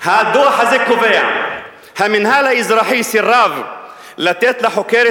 הדוח הזה קובע: המינהל האזרחי סירב לתת לחוקרת